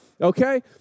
Okay